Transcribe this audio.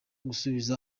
gusubiza